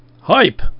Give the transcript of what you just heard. Hype